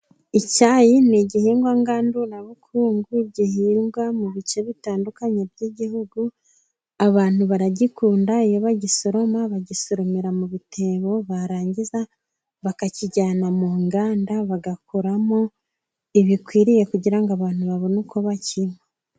Icyayi ni igihingwa ngandurabukungu gihingwa mu bice bitandukanye by'igihugu, abantu baragikunda, iyo bagisoroma bagisoromera mu bitebo, barangiza bakakijyana mu nganda, bagakoramo ibikwiriye kugira ngo abantu babone uko bakinywa.